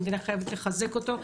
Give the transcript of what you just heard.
המדינה חייבת לחזק אותו,